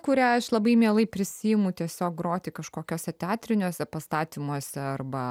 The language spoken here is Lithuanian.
kurią aš labai mielai prisiimu tiesiog groti kažkokiuose teatriniuose pastatymuose arba